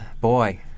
Boy